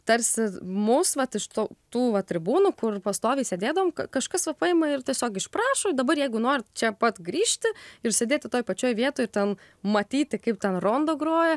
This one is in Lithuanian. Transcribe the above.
tarsi mus vat iš to tų va tribūnų kur pastoviai sėdėdavom kažkas va paima ir tiesiog išprašo dabar jeigu norit čia pat grįžti ir sėdėti toj pačioj vietoj ten matyti kaip ten rondo groja